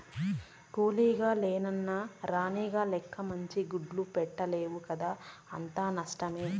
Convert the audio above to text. కూలీగ లెన్నున్న రాణిగ లెక్క మంచి గుడ్లు పెట్టలేవు కదా అంతా నష్టమే